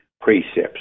precepts